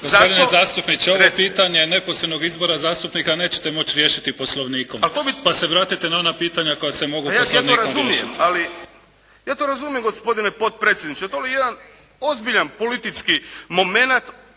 Gospodine zastupniče, ovo pitanje neposrednog izbora zastupnika nećete moći riješiti poslovnikom pa se vratite na ona pitanja koja se mogu poslovnikom riješiti. **Kajin, Damir (IDS)** Pa ja to razumijem gospodine potpredsjedniče. To je jedan ozbiljan politički momenat